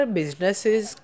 businesses